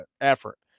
effort